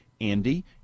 Andy